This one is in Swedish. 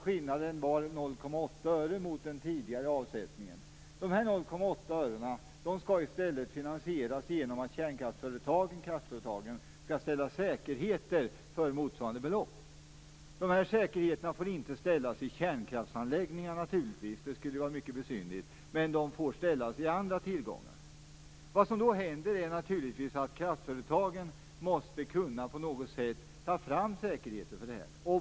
Skillnaden var 0,8 öre jämfört med den tidigare avsättningen. Dessa 0,8 ören skall i stället finansieras genom att kraftföretagen skall ställa säkerheter för motsvarande belopp. Dessa säkerheter får naturligtvis inte ställas i kärnkraftsanläggningar - det skulle vara mycket besynnerligt - men de får ställas i andra tillgångar. Vad som då händer är naturligtvis att kraftföretagen på något sätt måste kunna ta fram säkerheter.